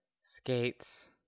skates